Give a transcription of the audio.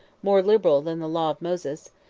more liberal than the law of moses,